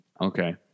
Okay